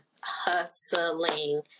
hustling